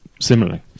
similarly